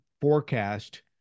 forecast